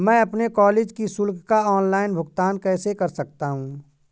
मैं अपने कॉलेज की शुल्क का ऑनलाइन भुगतान कैसे कर सकता हूँ?